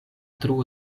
truo